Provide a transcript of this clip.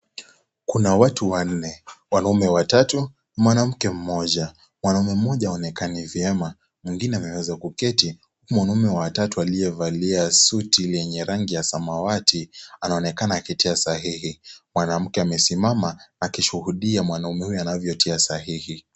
Kuna watu wanne, wanaume watatu, mwanamke mmoja, mwanaume mmoja haonekani vyema mwingine ameweza kuketi, mwanaume wa tatu aliyevalia suti lenye rangi ya samawati anaonekana akitia sahihi, mwanamke amesimama akishuhudia mwanaume huyo anavyotia sahihi.